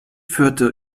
führte